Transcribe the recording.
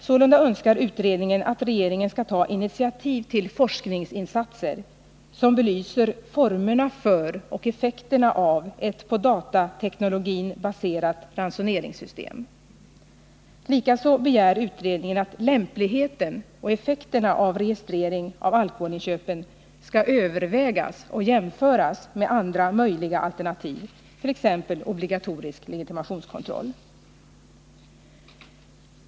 Sålunda önskar utredningen att regeringen skall ta initiativ till forskaingsinsatser, som belyser formerna för och effekterna av ett på datateknologin baserat ransoneringssystem. Likaså begär utredningen att lämpligheten och effekterna av registrering av alkoholinköpen skall övervägas och jämföras med andra möjliga alternativ, t.ex. obligatorisk legitimationskontroll.